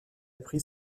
pris